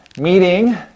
meeting